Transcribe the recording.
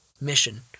mission